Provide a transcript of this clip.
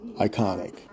iconic